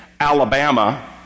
Alabama